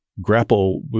grapple